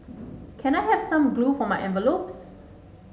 can I have some glue for my envelopes